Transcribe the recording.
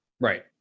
Right